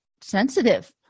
sensitive